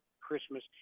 Christmas